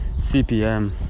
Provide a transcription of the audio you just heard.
CPM